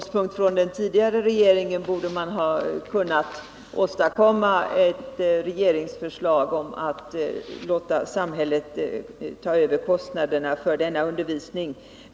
Utgående från den tidigare regeringens arbete borde man ha kunnat åstadkomma ett regeringsförslag om att låta samhället ta över kostnaderna för denna undervisning.